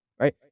Right